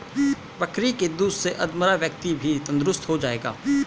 बकरी के दूध से अधमरा व्यक्ति भी तंदुरुस्त हो जाएगा